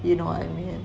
you know what I mean